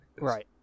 Right